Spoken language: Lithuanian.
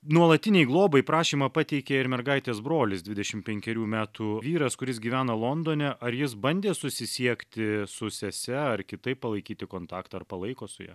nuolatinei globai prašymą pateikė ir mergaitės brolis dvidešim penkerių metų vyras kuris gyvena londone ar jis bandė susisiekti su sese ar kitaip palaikyti kontaktą ar palaiko su ja